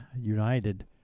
united